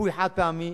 שיפוי חד-פעמי,